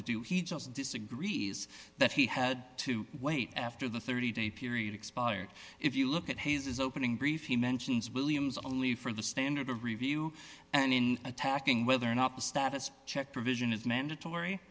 to do he just disagrees that he had to wait after the thirty day period expired if you look at hayes's opening brief he mentions williams only for the standard of review and in attacking whether or not the status check provision is mandatory